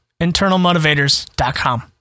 internalmotivators.com